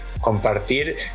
compartir